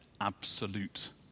absolute